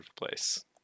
place